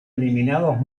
eliminados